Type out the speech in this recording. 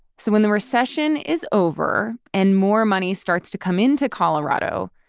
so when the recession is over and more money starts to come into colorado,